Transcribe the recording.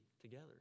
together